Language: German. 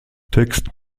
text